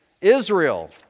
Israel